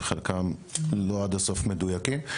וחלקם לא עד הסוף מדויקים,